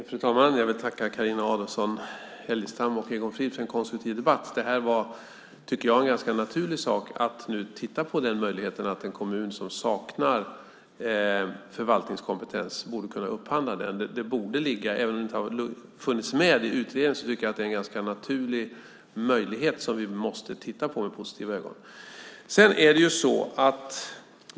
Fru talman! Jag vill tacka Carina Adolfsson Elgestam och Egon Frid för en konstruktiv debatt. Jag tycker att det är naturligt att titta på möjligheten för en kommun som saknar förvaltningskompetens att upphandla den. Även om det inte har funnits med i utredningen tycker jag att det är en ganska naturlig möjlighet som vi måste titta på med positiva ögon.